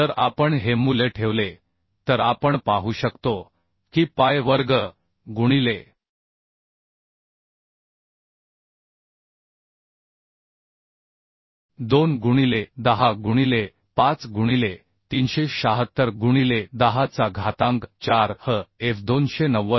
जर आपण हे मूल्य ठेवले तर आपण पाहू शकतो की pi वर्ग गुणिले 2 गुणिले 10 गुणिले 5 गुणिले 376 गुणिले 10चा घातांक 4 hf 290